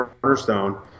cornerstone